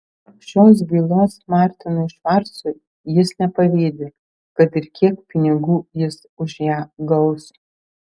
šios bylos martinui švarcui jis nepavydi kad ir kiek pinigų jis už ją gaus